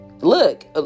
look